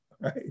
right